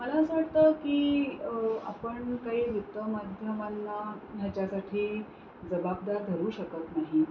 मला असं वाटतं की आपण काही वृत्तमाध्यमांना ह्याच्यासाठी जबाबदार धरू शकत नाही